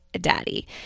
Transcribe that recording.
daddy